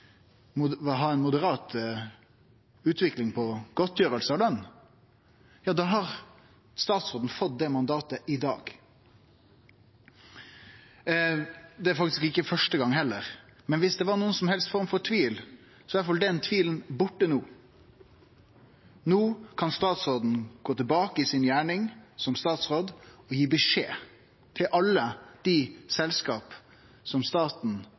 ha ei moderat utvikling av godtgjersler og løn, ja, da har statsråden fått det mandatet i dag. Det er faktisk ikkje første gongen, heller. Men om det var noka som helst form for tvil, er i alle fall den tvilen borte no. No kan statsråden gå tilbake til si gjerning som statsråd og gi beskjed til alle dei selskapa som staten